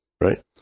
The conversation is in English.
right